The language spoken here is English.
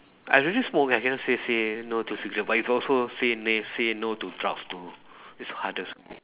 I already smoke I cannot say say no to cigarette but it's also say ne~ say no to drugs too that's hardest way